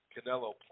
Canelo